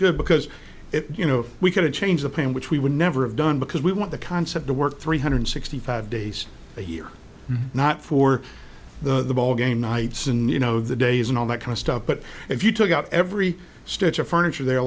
good because if you know we could change the plane which we would never have done because we want the concept to work three hundred sixty five days a year not for the ball game nights and you know the days and all that kind of stuff but if you took out every stitch of furniture the